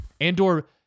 Andor